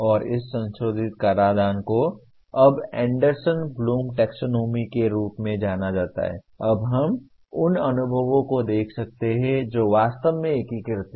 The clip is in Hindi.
और इस संशोधित कराधान को अब एंडरसन ब्लूम टैक्सोनॉमी के रूप में जाना अब हम उन अनुभवों को देख सकते हैं जो वास्तव में एकीकृत हैं